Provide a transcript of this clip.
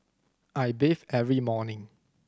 I bathe every morning